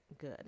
good